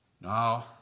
Now